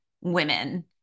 women